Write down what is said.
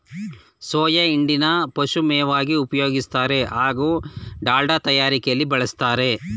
soya ಹಿಂಡಿನ ಪಶುಮೇವಾಗಿ ಉಪಯೋಗಿಸ್ತಾರೆ ಹಾಗೂ ದಾಲ್ಡ ತಯಾರಿಕೆಲಿ ಬಳುಸ್ತಾರೆ